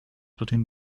between